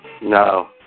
No